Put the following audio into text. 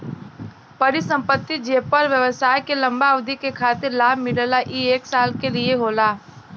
परिसंपत्ति जेपर व्यवसाय के लंबा अवधि के खातिर लाभ मिलला ई एक साल के लिये होला